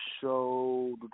show